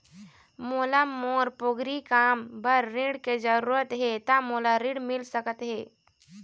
मोला मोर पोगरी काम बर ऋण के जरूरत हे ता मोला ऋण मिल सकत हे?